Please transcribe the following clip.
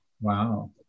Wow